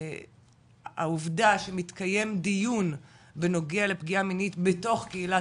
והעובדה שמתקיים דיון בנוגע לפגיעה מינית בתוך קהילה